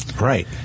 Right